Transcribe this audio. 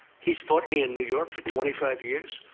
he's fought me in new york for twenty five years.